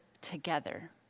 together